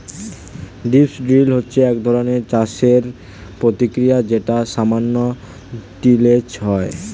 strip drill হচ্ছে একধরনের চাষের প্রক্রিয়া যেটাতে সামান্য তিলেজ হয়